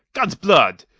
god's blood!